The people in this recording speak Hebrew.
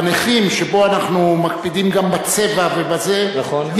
בנכים, שבו אנחנו מקפידים גם בצבע, ובזה, נכון.